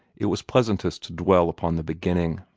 it was pleasantest to dwell upon the beginning.